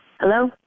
Hello